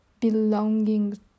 belonging